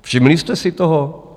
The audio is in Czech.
Všimli jste si toho?